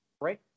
right